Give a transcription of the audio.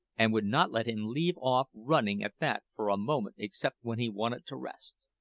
and would not let him leave off running at that for a moment except when he wanted to rest.